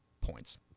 points